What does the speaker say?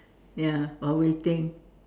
ya while waiting